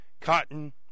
cotton